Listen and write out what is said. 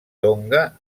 tonga